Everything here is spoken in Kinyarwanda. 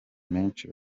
menshi